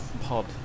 pod